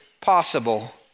possible